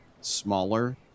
smaller